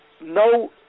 no